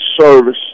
service